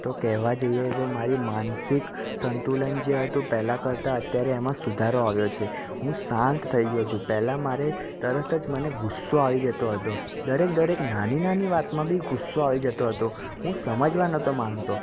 તો કહેવા જઈએ તો મારી માનસિક સંતુલન જે હતું પહેલાં કરતાં અત્યારે એમાં સુધારો આવ્યો છે હું શાંત થઈ ગયો છું પહેલાં મારે તરત જ મને ગુસ્સો આવી જતો હતો દરેક દરેક નાની નાની વાતમાં બી ગુસ્સો આવી જતો હતો હું સમજવા નહોતો માગતો